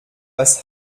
was